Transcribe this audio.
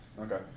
Okay